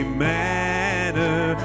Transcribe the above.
manner